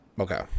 okay